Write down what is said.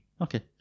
Okay